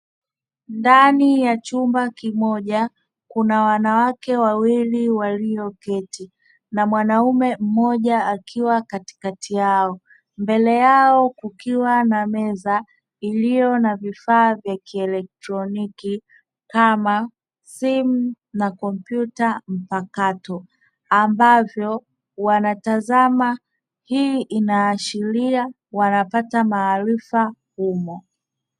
Ndani ya chumba kimoja, kuna wanawake wawili walioketi na mwanamume mmoja akiwa katikati yao, mbele yao kuna meza iliyo na vifaa vya kielektroniki kama simu na kompyuta mpakato ambavyo wanatazama; hii inaashiria wanapata maarifa.